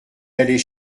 allait